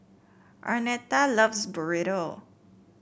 Arnetta loves Burrito